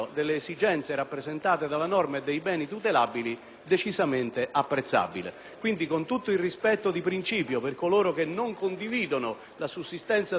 decisamente apprezzabile. Con tutto il rispetto di principio per coloro che non condividono la sussistenza del reato come tale in via generale,